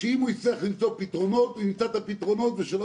שאם הוא יצטרך למצוא פתרונות הוא ימצא את הפתרונות ושלא